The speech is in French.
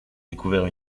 découvert